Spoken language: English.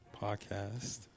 podcast